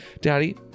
Daddy